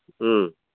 ꯎꯝ